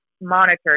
monitored